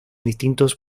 distintos